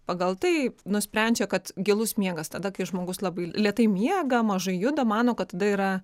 pagal tai nusprendžia kad gilus miegas tada kai žmogus labai lėtai miega mažai juda mano kad tada yra